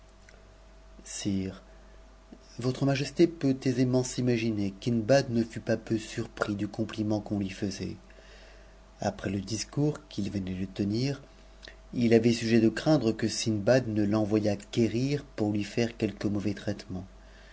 sire votre majesté peut aisément s'imaginer que hindbad ne fut pas peu surpris du compliment qu'on lui faisait après le discours qu'il venait de tenir il avait sujet de craindre que sindbad ne l'envoyât quérir pour lui faire quelque mauvais traitement